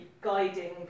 guiding